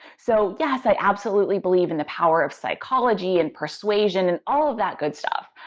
so yes, i absolutely believe in the power of psychology and persuasion, and all of that good stuff,